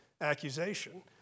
accusation